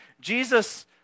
Jesus